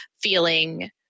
feeling